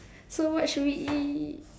so what should we eat